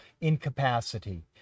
incapacity